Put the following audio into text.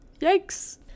yikes